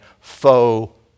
faux